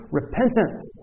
repentance